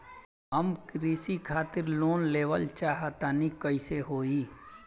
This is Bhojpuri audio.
हम कृषि खातिर लोन लेवल चाहऽ तनि कइसे होई?